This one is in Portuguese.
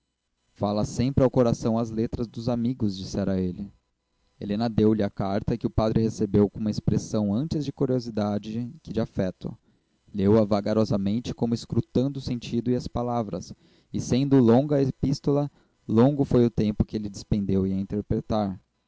falam sempre ao coração as letras dos amigos dissera ele helena deu-lhe a carta que o padre recebeu com uma expressão antes de curiosidade que de afeto leu-a vagarosamente como escrutando o sentido e as palavras e sendo longa a epístola longo foi o tempo que ele despendeu em a interpretar